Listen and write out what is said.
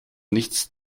nichts